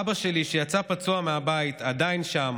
אבא שלי, שיצא פצוע מהבית, עדיין שם.